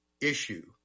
issue